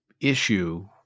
issue